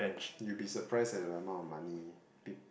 you will be surprised at the amount of money peo~